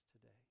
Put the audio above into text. today